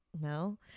No